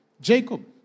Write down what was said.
Jacob